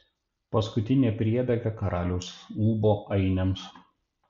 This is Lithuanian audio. paskutinė priebėga karaliaus ūbo ainiams